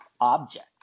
object